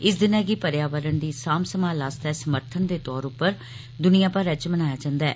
इस दिनै गी पर्यावरण दी साम्भ सम्हाल आस्तै समर्थन दे तौर उप्पर द्निया भरै च मनाया जन्दा ऐ